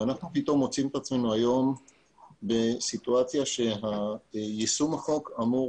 ופתאום אנחנו מוצאים את עצמנו היום בסיטואציה שיישום החוק אמור